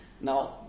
Now